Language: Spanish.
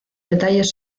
detalles